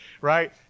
right